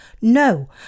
No